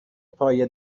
پایه